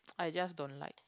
I just don't like